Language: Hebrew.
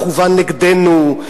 מכוון נגדנו,